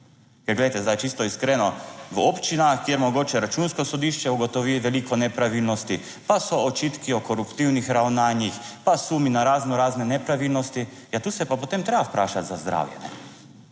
Ker glejte, zdaj čisto iskreno, v občinah, kjer mogoče Računsko sodišče ugotovi veliko nepravilnosti pa so očitki o koruptivnih ravnanjih, pa sumi na razno razne nepravilnosti. Ja, tu se je pa, potem treba vprašati za zdravje.